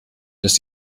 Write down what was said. dass